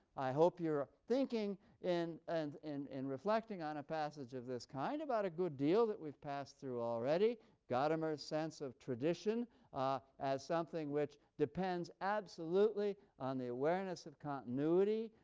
i hope you are thinking and and and and reflecting on a passage of this kind about a good deal that we've passed through already gadamer's sense of tradition as something which depends absolutely on the awareness of continuity,